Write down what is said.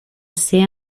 ser